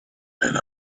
and